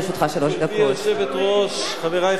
גברתי היושבת-ראש, חברי חברי הכנסת,